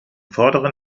vorderen